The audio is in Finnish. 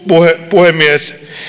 puhemies